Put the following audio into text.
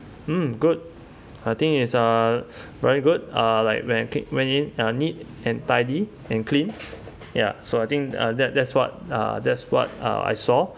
mm good I think it's uh very good uh like when when in uh neat and tidy and clean ya so I think uh that that's what uh that's what uh I saw